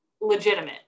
legitimate